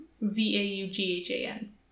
V-A-U-G-H-A-N